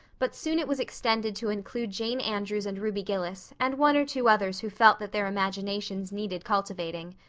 but soon it was extended to include jane andrews and ruby gillis and one or two others who felt that their imaginations needed cultivating.